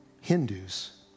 Hindus